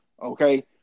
Okay